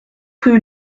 rue